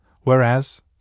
whereas